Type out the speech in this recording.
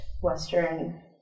Western